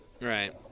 Right